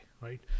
right